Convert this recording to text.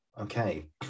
okay